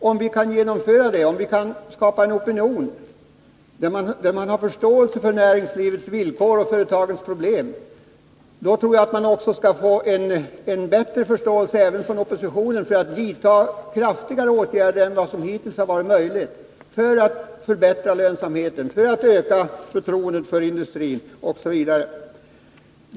Om vi kan genomföra detta, om vi kan skapa en opinion som har förståelse för näringslivets villkor och företagens problem, tror jag också att oppositionen får en bättre förståelse för kraftigare åtgärder än de som hittills varit möjliga för att förbättra lönsamheten, för att öka förtroendet för industrin osv.